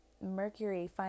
Mercury